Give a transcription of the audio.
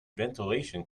ventilation